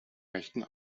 rechten